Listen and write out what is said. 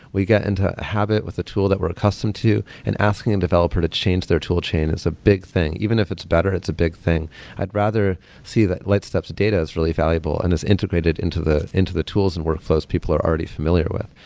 we get into a habit with the tool that we're accustomed to and asking a and developer to change their tool chain is a big thing. even if it's better, it's a big thing i'd rather see that lightstep's data is really valuable and is integrated into the into the tools and workflows people are already familiar with.